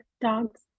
dogs